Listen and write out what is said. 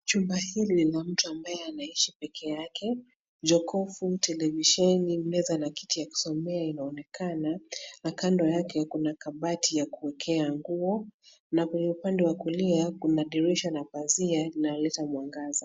Chumba hili lina mtu ambaye anaishi peke yake. Jokovu, televisheni, meza ya kusomea inaonekana na kando yake kuna kabati ya kuekea nguo na kwenye upande wa kulia, kuna dirisha na pazia inayoleta mwangaza.